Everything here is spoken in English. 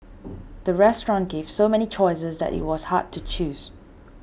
the restaurant gave so many choices that it was hard to choose